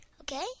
Okay